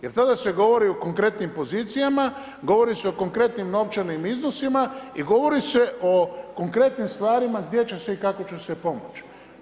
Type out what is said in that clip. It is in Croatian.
Jer tada se govori o konkretnim pozicijama, govori se o konkretnim novčanim iznosima i govori se o konkretnim stvarima gdje će se i kako će se pomoći.